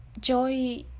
joy